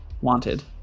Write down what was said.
wanted